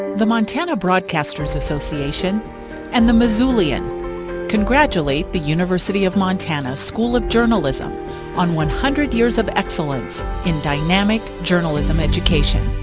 the montana broadcasters association and the missoulian congratulate the university of montana school of journalism on one hundred years of excellence in dynamic journalism education.